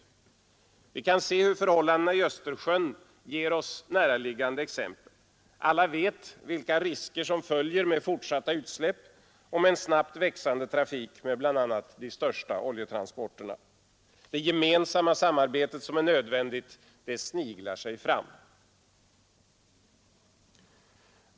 Vi kan se förhållandena i Östersjön som ett näraliggande exempel. Alla vet vilka risker som följer med fortsatta utsläpp och med en snabbt växande trafik med bl, a. de största oljetransporterna. Det gemensamma samarbetet, som är nödvändigt, sniglar sig fram.